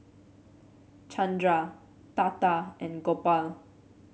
Chandra Tata and Gopal